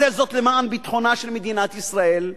עשה זאת למען ביטחונה של מדינת ישראל,